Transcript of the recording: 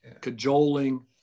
cajoling